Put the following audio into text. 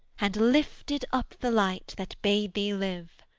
and lifted up the light that bade thee live.